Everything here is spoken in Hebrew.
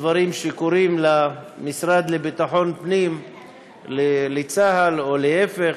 דברים שקורים למשרד לביטחון פנים לצה"ל, או להפך,